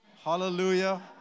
Hallelujah